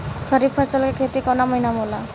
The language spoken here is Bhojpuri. खरीफ फसल के खेती कवना महीना में होला?